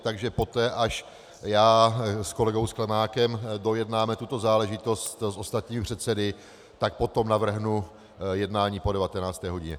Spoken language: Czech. Takže poté, až já s kolegou Sklenákem dojednáme tuto záležitost s ostatními předsedy, tak potom navrhnu jednání po 19. hodině.